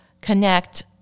connect